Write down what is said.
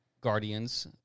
Guardians